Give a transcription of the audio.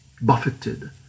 buffeted